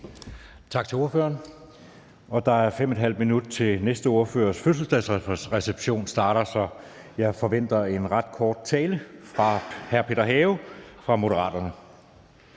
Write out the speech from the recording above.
Tak til ordføreren. Der er 5½ minut, til næste ordførers fødselsdagsreception starter, så jeg forventer en ret kort tale fra hr. Peter Have fra Moderaterne.